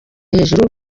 hejuru